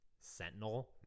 Sentinel